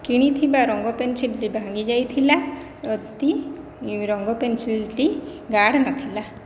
କିଣିଥିବା ରଙ୍ଗ ପେନସିଲ୍ଟି ଭାଙ୍ଗି ଯାଇଥିଲା ରଙ୍ଗ ପେନସିଲ୍ଟି ଗାଢ ନଥିଲା